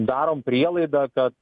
darom prielaidą kad